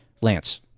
Lance